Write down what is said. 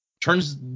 turns